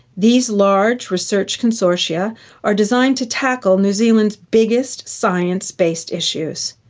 these large research consortia are designed to tackle new zealand's biggest science based issues.